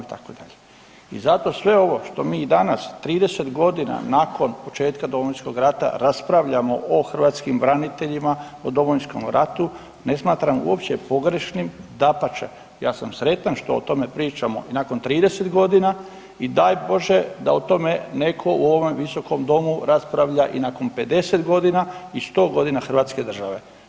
I zato sve ovo što mi danas 30 godina nakon početka Domovinskog rata raspravljamo o hrvatskim braniteljima o Domovinskom ratu ne smatram uopće pogrešnim, dapače ja sam sretan što o tome pričamo nakon 30 godina i daj Bože da o tome netko u ovom visokom domu raspravlja i nakon 50 godina i 100 godina hrvatske države.